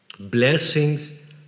blessings